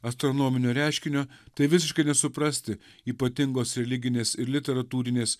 astronominio reiškinio tai visiškai nesuprasti ypatingos religinės ir literatūrinės